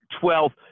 Twelve